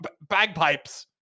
bagpipes